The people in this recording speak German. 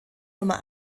nummer